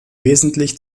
wesentlich